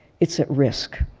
it's at risk.